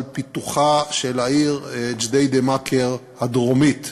על פיתוחה של העיר ג'דיידה-מכר הדרומית,